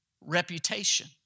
reputation